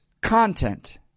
content